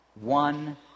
One